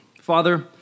Father